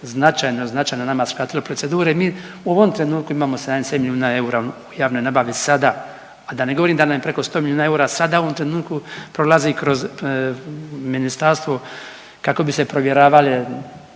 značajno nama skratilo procedure i mi u ovom trenutku imamo 77 milijuna eura u javnoj nabavi sada, a da ne govorim da nam je preko 100 milijuna eura sada u ovom trenutku prolazi kroz ministarstvo kako bi se provjerava